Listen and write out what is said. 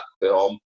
film